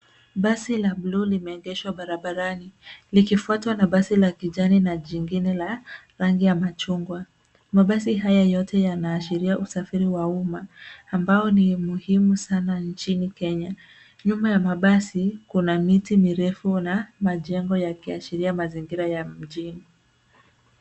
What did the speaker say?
Basi la bluu limeegeshwa barabarani likifuatwa na basi la kijani na jingine la rangi ya machungwa. Mabasi haya yote yanaashiria usafiri wa umma ambao ni muhimu sana nchini Kenya. Nyuma ya mabasi kuna miti mirefu na majengo yakiashiria majengo ya mjini.